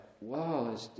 wow